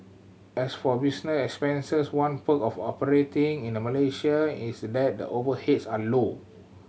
as for business expenses one perk of operating in Malaysia is that the overheads are low